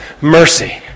mercy